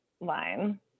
line